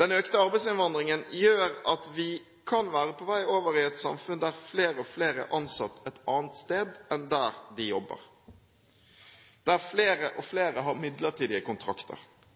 Den økte arbeidsinnvandringen gjør at vi kan være på vei over i et samfunn der flere og flere er ansatt et annet sted enn der de jobber, der flere og flere har midlertidige kontrakter.